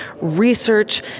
research